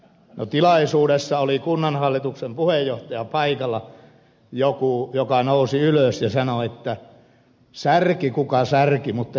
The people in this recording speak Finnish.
no tilaisuudessa oli kunnanhallituksen puheenjohtaja paikalla joka nousi ylös ja sanoi että särki kuka särki mutta kyllä kunta maksaa